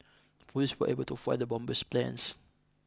police were able to foil the bomber's plans